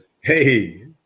Hey